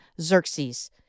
Xerxes